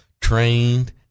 trained